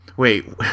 Wait